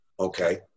Okay